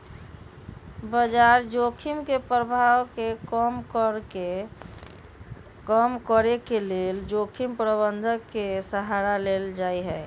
बजार जोखिम के प्रभाव के कम करेके लेल जोखिम प्रबंधन के सहारा लेल जाइ छइ